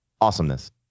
awesomeness